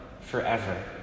forever